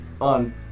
on